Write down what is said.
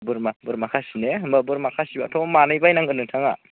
बोरमा बोरमा खासि ने होमब्ला बोरमा खासिब्लाथ' मानै बायनांगोन नोंथाङा